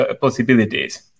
possibilities